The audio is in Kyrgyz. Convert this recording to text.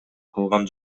калган